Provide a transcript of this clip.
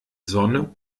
sonne